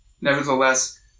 Nevertheless